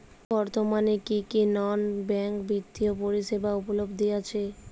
বর্তমানে কী কী নন ব্যাঙ্ক বিত্তীয় পরিষেবা উপলব্ধ আছে?